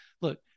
Look